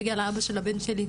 זה בגלל האבא של הבן שלי,